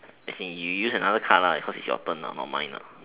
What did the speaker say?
as in you you use another card lah cause is your turn ah not mine ah